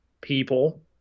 people